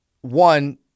one